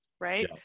right